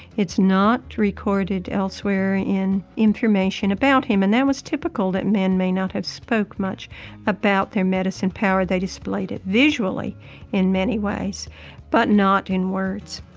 it's not recorded elsewhere in information about him. and that was typical that men may not have spoke much about their medicine power. they displayed it visually in many ways but not in words